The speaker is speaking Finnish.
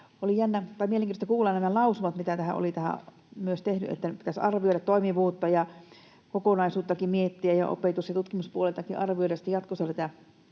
Oli mielenkiintoista kuulla nämä lausumat, mitä tähän oli myös tehty, että pitäisi arvioida toimivuutta ja kokonaisuuttakin miettiä ja opetus- ja tutkimuspuoleltakin arvioida jatkossa tätä